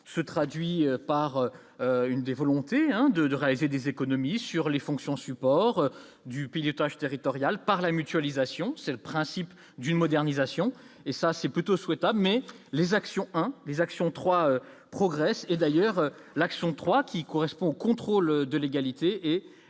se traduit par une des volontés de réaliser des économies sur les fonctions support du pays du territoriale par la mutualisation c'est le principe d'une modernisation et ça c'est plutôt souhaitable mais les actions, les actions 3 progresse et d'ailleurs l'action 3 qui correspond au contrôle de légalité est